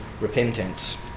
repentance